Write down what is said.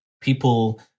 People